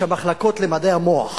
כשהמחלקות למדעי המוח